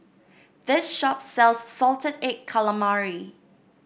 this shop sells Salted Egg Calamari